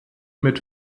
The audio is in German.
mit